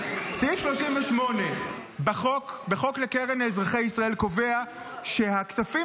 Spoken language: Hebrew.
סעיף 38 בחוק לקרן אזרחי ישראל קובע שהכספים